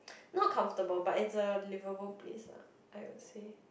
not comfortable but is a liveable place lah I would say